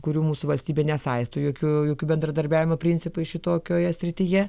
kurių mūsų valstybė nesaisto jokiu jokiu bendradarbiavimo principu šitokioje srityje